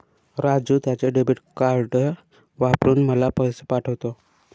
राजू त्याचे debit card वापरून मला पैसे पाठवतो